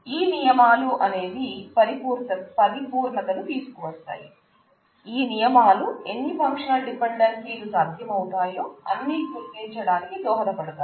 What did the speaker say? ఈ నియమాలు అనేవి పరిపూర్ణతను తీసుకువస్తాయి ఈ నియమాలు ఎన్ని ఫంక్షనల్ డిపెండెన్సీ లు సాధ్యమవుతాయో అన్ని గుర్తించడానికి దోహదపడతాయి